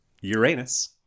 Uranus